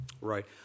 Right